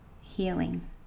healing